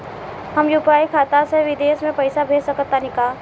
हम यू.पी.आई खाता से विदेश म पइसा भेज सक तानि?